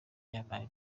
yampaye